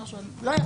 לא,